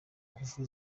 ngufu